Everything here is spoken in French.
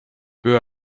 peu